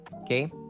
Okay